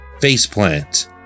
Faceplant